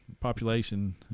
population